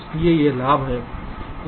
इसलिए यह लाभ है